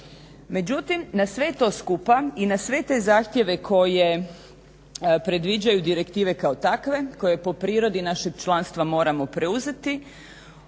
Međutim, na sve to skupa i na sve te zahtjeve koje predviđaju direktive kao takve, koje po prirodi našeg članstva moramo preuzeti